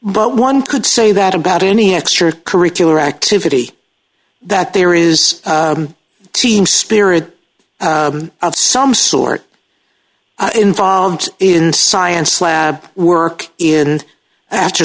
but one could say that about any extra curricular activity that there is a team spirit of some sort involved in science lab work in after